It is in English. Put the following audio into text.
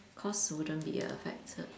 cost wouldn't be a factor